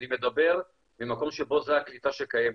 אני מדבר ממקום שבו זו הקליטה שקיימת,